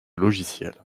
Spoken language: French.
logicielle